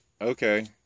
Okay